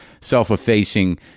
self-effacing